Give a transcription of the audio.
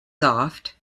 soft